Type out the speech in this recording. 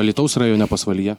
alytaus rajone pasvalyje